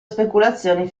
speculazioni